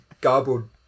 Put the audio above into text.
garbled